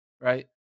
right